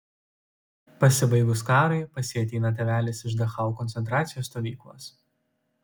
pasibaigus karui pas jį ateina tėvelis iš dachau koncentracijos stovyklos